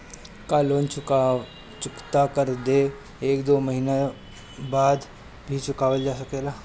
का लोन चुकता कर के एक दो दिन बाद भी चुकावल जा सकेला?